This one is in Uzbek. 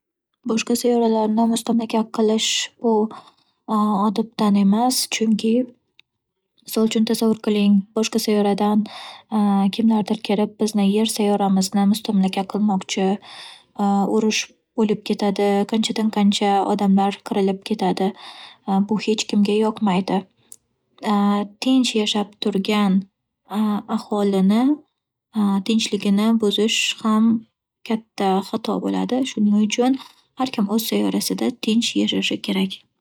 Boshqa sayyoralarni mustamlaka qilish bu- odobdan emas. Chunki misol uchun tasavvur qiling, boshqa sayyoradan kimlardir kirib bizni yer sayyoramizni mustamlaka qilmoqchi. Urush bo'lib ketadi. Qanchadan-qancha odamlar qirilib ketadi. Bu hech kimga yoqmaydi. Tinch yashab turgan aholini tinchligini buzish ham katta xato bo'ladi, shuning uchun har kim o'z sayyorasida tinch yashashi kerak.